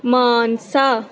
Mansa